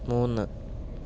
മൂന്ന്